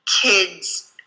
kids